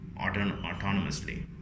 autonomously